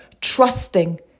trusting